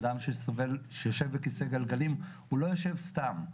אדם שיושב בכיסא גלגלים הוא לא יושב סתם,